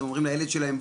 אז הם אומרים לילד שלהם,